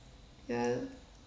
ya